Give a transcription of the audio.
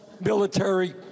Military